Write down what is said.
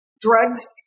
drugs